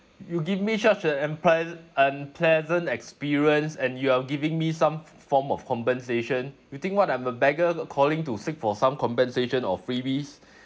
you give me such a unpleas~ unpleasant experience and you are giving me some f~ form of compensation you think [what] I'm a beggar calling to seek for some compensation or freebies